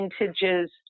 vintage's